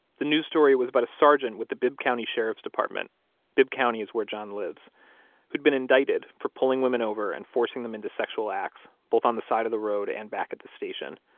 the news story was about a sergeant with the bibb county sheriff's department bibb county is where john lives who'd been indicted for pulling women over and forcing them into sexual acts, both on the side of the road and back at the station.